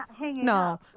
No